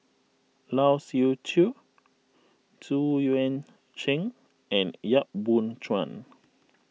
Lai Siu Chiu Xu Yuan Zhen and Yap Boon Chuan